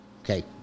Okay